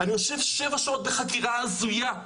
אני יושב שבע שעות בחקירה הזויה,